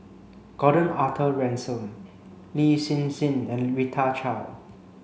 Gordon Arthur Ransome Lin Hsin Hsin and Rita Chao